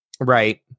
right